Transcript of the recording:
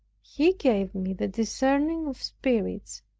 he gave me the discerning of spirits,